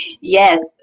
Yes